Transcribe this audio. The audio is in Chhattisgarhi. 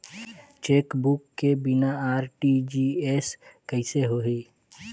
चेकबुक के बिना आर.टी.जी.एस कइसे होही?